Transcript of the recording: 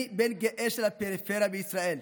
אני בן גאה של הפריפריה בישראל.